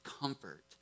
comfort